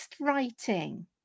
writing